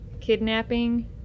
Kidnapping